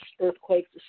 earthquakes